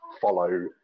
follow